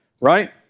right